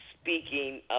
speaking